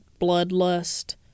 bloodlust